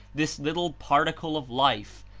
this little par ticle of life,